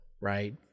Right